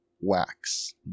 wax